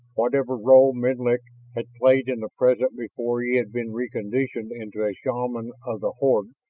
whatever role menlik had played in the present before he had been reconditioned into a shaman of the horde,